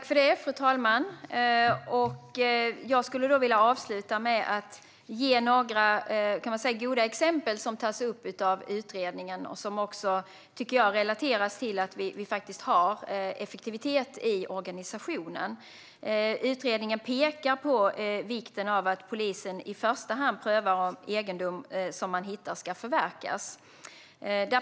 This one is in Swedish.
Fru talman! Jag skulle vilja avsluta med att ge några goda exempel som tas upp av utredningen, som också relaterar till att det råder effektivitet i organisationen. Utredningen pekar på vikten av att polisen i första hand prövar om upphittad egendom ska förverkas.